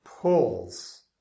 pulls